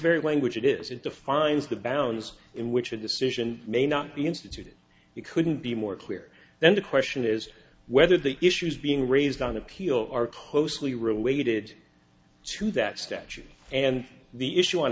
very language it is it defines the bounds in which a decision may not be instituted you couldn't be more clear then the question is whether the issues being raised on appeal are closely related to that statute and the issue on